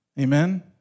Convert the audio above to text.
Amen